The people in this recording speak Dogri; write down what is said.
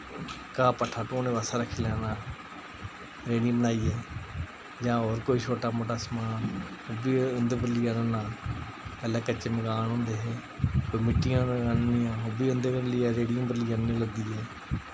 घाह् पट्ठा ढोने बास्तै रक्खी लैना रेहड़ियां बनाइयै जां होर कोई छोटा मोटा समान ओह् बी उं'दे पर लेई औना पैह्लें कच्चे मकान होंदे हे फ्ही मिट्टियां आह्ननियां ओह् बी उं'दे पर लेई रेहड़ियें पर लेई आननियां लद्दियै